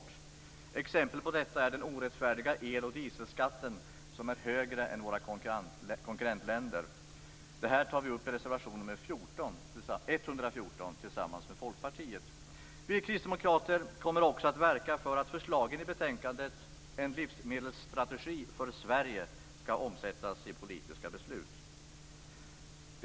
Ett exempel på detta är den orättfärdiga el och dieselskatten, som är högre än i våra konkurrentländer. Detta tar vi tillsammans med Vi kristdemokrater kommer också att verka för att förslagen i betänkandet En livsmedelsstrategi för Sverige omsätts i politiska beslut.